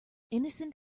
innocent